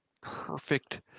perfect